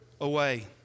away